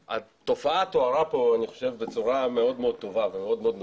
התופעה תוארה פה בצורה מאוד מאוד טובה ומאוד מאוד מדוקדקת,